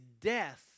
death